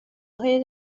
های